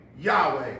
Yahweh